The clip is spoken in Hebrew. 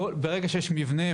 ברגע שיש מבנה,